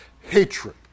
hatred